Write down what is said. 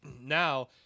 now